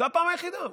זאת הפעם היחידה.